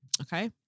Okay